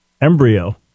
embryo